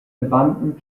abandoned